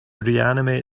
reanimate